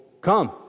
Come